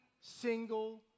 single